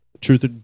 Truth